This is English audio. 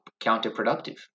counterproductive